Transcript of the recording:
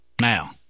Now